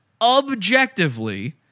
objectively